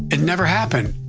it never happened.